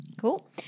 Cool